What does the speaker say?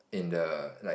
in the like